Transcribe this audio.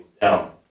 down